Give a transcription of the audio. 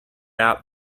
out